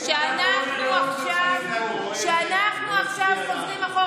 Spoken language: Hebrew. כשאנחנו עכשיו חוזרים אחורה,